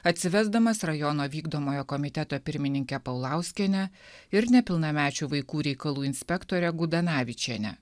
atsivesdamas rajono vykdomojo komiteto pirmininkę paulauskienę ir nepilnamečių vaikų reikalų inspektorę gudanavičienę